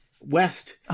West